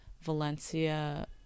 Valencia